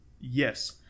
Yes